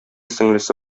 сеңлесе